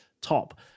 top